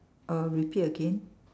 err repeat again